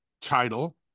title